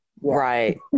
Right